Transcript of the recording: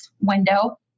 window